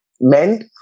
meant